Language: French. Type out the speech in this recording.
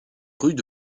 rues